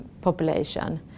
population